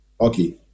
Okay